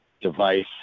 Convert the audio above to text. device